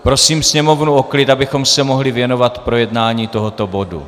Prosím sněmovnu o klid, abychom se mohli věnovat projednání tohoto bodu